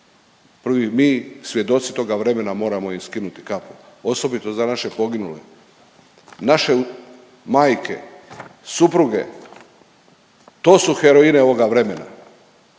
prvi mi svjedoci toga vremena moramo im skinuti kapu osobito za naše poginule, naše majke, supruge. To su heroine ovoga vremena